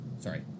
sorry